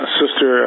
sister